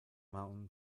mountain